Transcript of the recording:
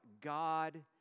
God